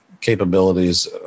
capabilities